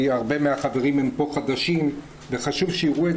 כי רבים מהחברים פה הם חדשים וחשוב שיראו את זה.